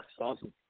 awesome